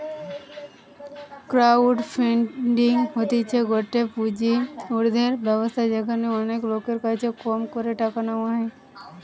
crowd funding হতিছে গটে পুঁজি উর্ধের ব্যবস্থা যেখানে অনেক লোকের কাছে কম করে টাকা নেওয়া হয়